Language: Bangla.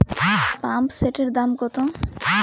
পাম্পসেটের দাম কত?